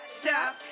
stop